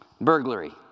burglary